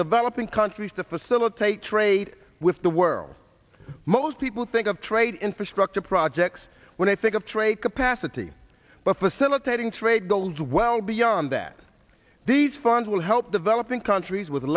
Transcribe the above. developing countries to facilitate trade with the world most people think of trade infrastructure projects when i think of trade capacity but facilitating trade goes well beyond that these funds will help developing countries w